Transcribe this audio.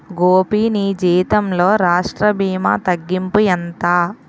గోపీ నీ జీతంలో రాష్ట్ర భీమా తగ్గింపు ఎంత